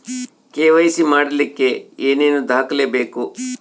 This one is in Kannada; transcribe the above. ಕೆ.ವೈ.ಸಿ ಮಾಡಲಿಕ್ಕೆ ಏನೇನು ದಾಖಲೆಬೇಕು?